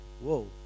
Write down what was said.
Whoa